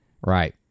Right